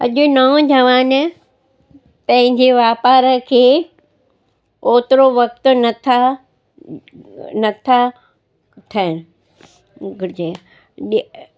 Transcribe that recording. अॼु नौजवान पंहिंजे वापार खे ओतिरो वक़्तु नथा नथा थियनि घुरिजे ॾे